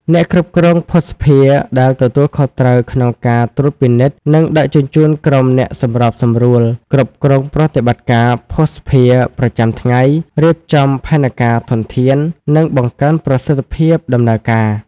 អ្នកគ្រប់គ្រងភស្តុភារ ដែលទទួលខុសត្រូវក្នុងការត្រួតពិនិត្យ និងដឹកនាំក្រុមអ្នកសម្របសម្រួល គ្រប់គ្រងប្រតិបត្តិការភស្តុភារប្រចាំថ្ងៃ រៀបចំផែនការធនធាន និងបង្កើនប្រសិទ្ធភាពដំណើរការ។